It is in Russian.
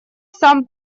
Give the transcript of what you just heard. сам